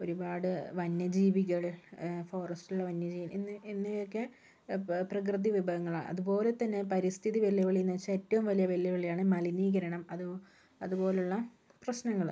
ഒരുപാട് വന്യജീവികൾ ഫോറസ്റ്റിലുള്ള വന്യജീവി എന്നീ എന്നിവയൊക്കെ പ്രകൃതി വിഭവങ്ങളാ അതുപോലെ തന്നെ പരിസ്ഥിതി വെല്ലുവിളീന്ന് വച്ചാ ഏറ്റവും വലിയ വെല്ലുവിളിയാണ് മലിനീകരണം അത് അതുപോലുള്ള പ്രശ്നങ്ങള്